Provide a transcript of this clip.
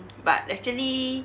but actually